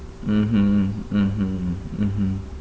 mmhmm mmhmm mmhmm